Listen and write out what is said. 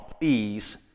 please